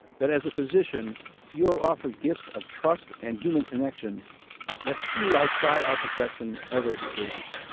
that as a physician you are offered gifts of trust and human connection that few outside our profession ever experience.